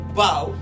bow